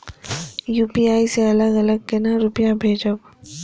UPI से अलग अलग केना रुपया भेजब